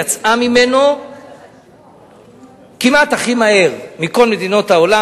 יצאה ממנו כמעט הכי מהר מכל מדינות העולם,